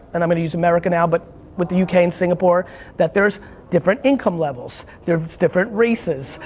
and i'm gonna use america now, but with the u k. and singapore that there's different income levels, there's different races,